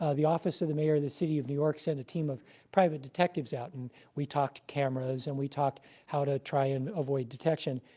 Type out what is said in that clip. ah the office of the mayor of the city of new york sent a team of private detectives out. and we talked cameras, and we talked how to try and avoid detection.